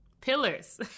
Pillars